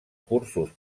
cursos